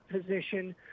position